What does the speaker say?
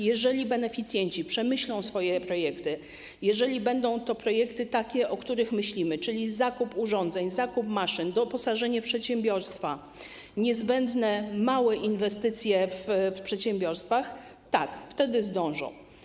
Jeżeli beneficjenci przemyślą swoje projekty, jeżeli będą to projekty takie, o których myślimy, czyli zakup urządzeń, zakup maszyn, doposażenie przedsiębiorstwa, niezbędne małe inwestycje w przedsiębiorstwach - tak, wtedy zdążą.